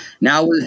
Now